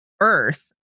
earth